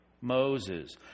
moses